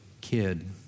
kid